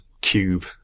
cube